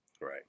Right